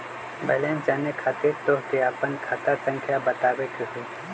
Balance जाने खातिर तोह के आपन खाता संख्या बतावे के होइ?